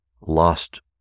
lost